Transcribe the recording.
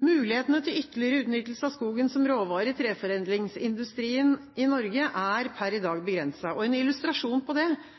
Mulighetene til ytterligere utnyttelse av skogen som råvare i treforedlingsindustrien i Norge er per i dag begrenset. En illustrasjon på det